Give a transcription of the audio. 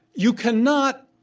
you cannot,